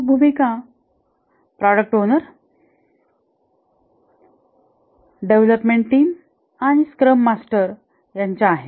प्रमुख भूमिका product owner development team आणि स्क्रम मास्टर यांच्या आहेत